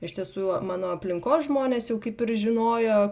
iš tiesų mano aplinkos žmonės jau kaip ir žinojo